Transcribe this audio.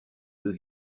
deux